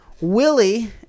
Willie